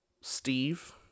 Steve